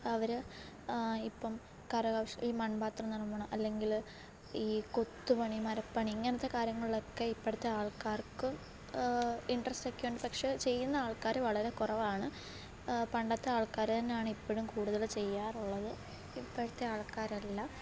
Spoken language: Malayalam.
അവർ ഇപ്പം കരകൗശല ഈ മണ്പാത്രനിര്മ്മാണം അല്ലെങ്കിൽ ഈ കൊത്തുപണി മരപ്പണി ഇങ്ങനത്തെ കാര്യങ്ങളൊക്കെ ഇപ്പോഴത്തെ ആള്ക്കാര്ക്ക് ഇൻട്രസ്റ്റൊക്കെ ഉണ്ട് പക്ഷേ ചെയ്യുന്ന ആള്ക്കാർ വളരെ കുറവാണ് പണ്ടത്തെ ആള്ക്കാർ തന്നെയാണ് ഇപ്പോഴും കൂടുതൽ ചെയ്യാറുള്ളത് ഇപ്പോഴത്തെ ആള്ക്കാരല്ല